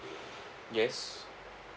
yes